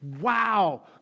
wow